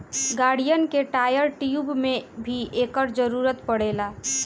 गाड़िन के tyre, tube में भी एकर जरूरत पड़ेला